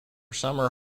summer